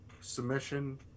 submission